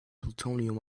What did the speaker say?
plutonium